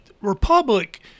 Republic